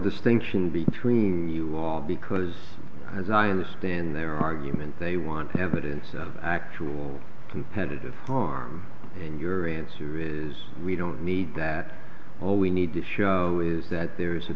distinction between you all because as i understand their argument they want to evidence of actual competitive harm and your answer is we don't need that all we need to show is that there is a